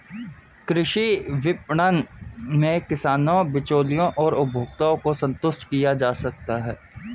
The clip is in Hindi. कृषि विपणन में किसानों, बिचौलियों और उपभोक्ताओं को संतुष्ट किया जा सकता है